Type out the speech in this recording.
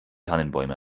tannenbäume